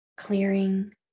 Clearing